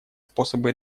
способы